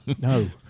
No